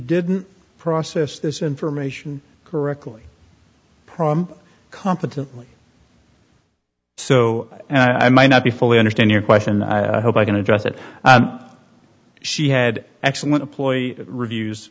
didn't process this information correctly promptly competently so and i may not be fully understand your question hope i can address that she had excellent employee reviews